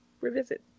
revisit